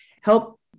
help